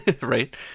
Right